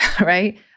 right